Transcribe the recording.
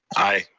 aye.